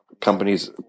companies